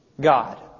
God